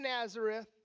Nazareth